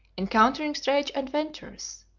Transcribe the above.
encountering strange adventures.